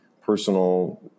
personal